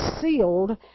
sealed